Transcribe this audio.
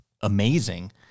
amazing